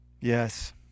Yes